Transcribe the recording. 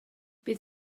bydd